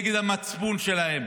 נגד המצפון שלהם,